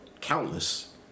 Countless